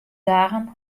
dagen